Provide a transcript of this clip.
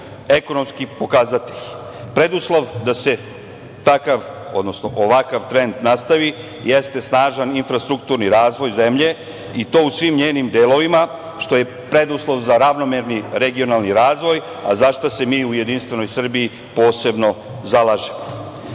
ekonomski pokazatelji. Preduslov da se ovakav trend nastavi jeste snažan infrastrukturni razvoj zemlje, i to u svim njenim delovima, što je preduslov za ravnomerni regionalni razvoj, a za šta se mi u Jedinstvenoj Srbiji posebno zalažemo. Prilikom